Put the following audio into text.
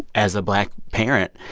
as a black parent,